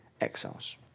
exiles